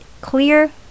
clear